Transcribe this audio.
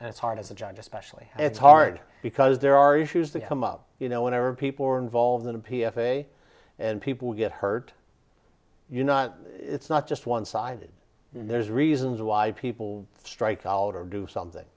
it's hard as a judge especially it's hard because there are issues that come up you know whenever people are involved in a p s a and people get hurt you not it's not just one sided there's reasons why people strike out or do something